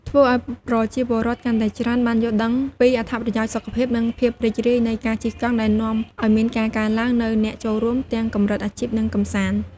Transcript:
ធ្វើអោយប្រជាពលរដ្ឋកាន់តែច្រើនបានយល់ដឹងពីអត្ថប្រយោជន៍សុខភាព និងភាពរីករាយនៃការជិះកង់ ដែលនាំឲ្យមានការកើនឡើងនូវអ្នកចូលរួមទាំងកម្រិតអាជីព និងកម្សាន្ត។